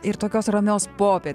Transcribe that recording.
ir tokios ramios